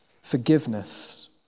forgiveness